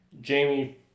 Jamie